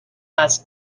els